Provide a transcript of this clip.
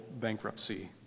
bankruptcy